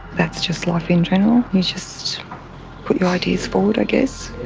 that's just life in general. you just put your ideas forward, i guess,